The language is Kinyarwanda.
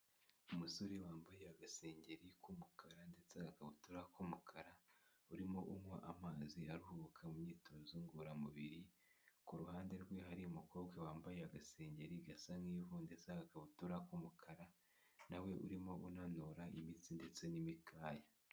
umusore wambaye agasengeri k'umukara ndetse n'agakabutura k'umukara urimo unywa amazi aruhuka mu myitozo ngororamubiri, ku ruhande rwe hari umukobwa wambaye agasengeri gasa nk'ivu ndetse n'gaakabutura k'umukara nawe urimo unanura imitsi ndetse n'imikaya.